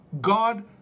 God